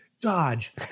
dodge